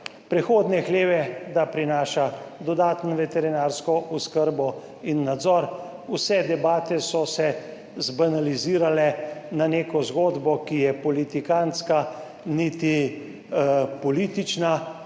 prehodne hleve, da prinaša dodaten veterinarsko oskrbo in nadzor. Vse debate so se zbanalizirale na neko zgodbo, ki je politikantska, niti politična,